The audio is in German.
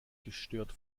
gestört